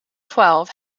twelve